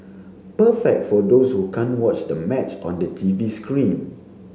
perfect for those who can't watch the match on the T V screen